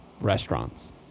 restaurants